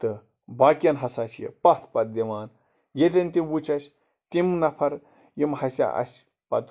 تہٕ باقیَن ہسا چھِ یہِ پَتھ پَتھ دِوان ییٚتٮ۪ن تہِ وٕچھ اَسہِ تِم نَفَر یِم ہسا اَسہِ پَتہٕ